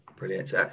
Brilliant